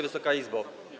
Wysoka Izbo!